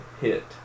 hit